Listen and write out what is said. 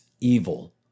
evil